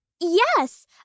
Yes